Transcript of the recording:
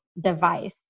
device